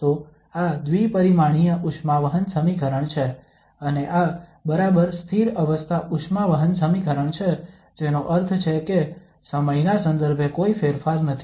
તો આ દ્વિ પરિમાણીય ઉષ્મા વહન સમીકરણ છે અને આ બરાબર સ્થિર અવસ્થા ઉષ્મા વહન સમીકરણ છે જેનો અર્થ છે કે સમયના સંદર્ભે કોઈ ફેરફાર નથી